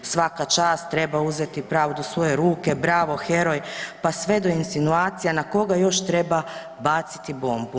Svaka čast treba uzeti pravdu u svoje ruke, bravo, heroj, pa sve do insinuacija na koga još treba baciti bombu.